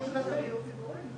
יש פה ממש אפשרות להגיע למשהו מוסכם,